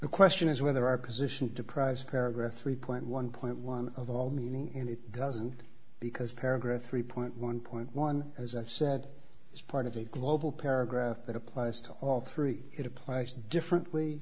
the question is whether our position deprives paragraph three point one point one of all meaning and it doesn't because paragraph three one point one as i've said is part of a global paragraph that applies to all three it applies differently